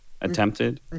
attempted